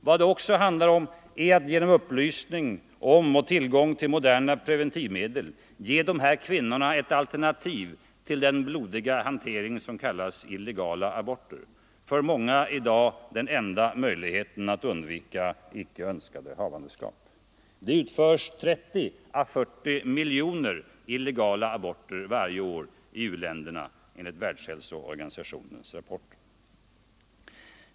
Vad det också handlar om är att genom upplysning om och tillgång till moderna preventivmedel ge dessa kvinnor ett alternativ till den blodiga hantering som kallas illegala aborter, för många i dag den enda möjligheten att undvika oönskade havandeskap. Det utförs 30 äå 40 miljoner illegala aborter varje år i u-länderna, enligt Världshälsoorganisationens rapporter.